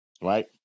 right